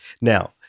now